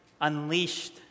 unleashed